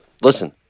listen